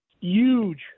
huge